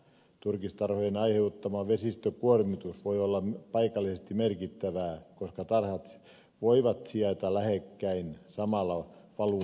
turkistarhojen aiheuttama vesistökuormitus voi olla paikallisesti merkittävää koska tarhat voivat sijaita lähekkäin samalla valuma alueella